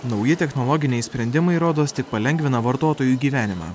nauji technologiniai sprendimai rodos tik palengvina vartotojų gyvenimą